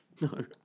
No